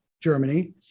Germany